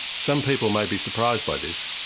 some people may be surprised by this,